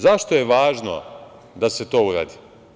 Zašto je važno da se to uradi?